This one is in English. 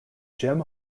jim